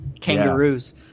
Kangaroos